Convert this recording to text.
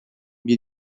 bir